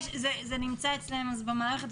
זה נמצא אצלם במערכת.